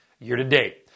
year-to-date